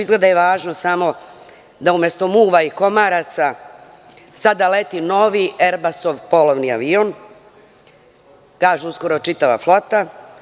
Izgleda da je važno da umesto muva i komaraca sada leti novi Eirbasov polovni avion, kažu, uskoro čitava flota.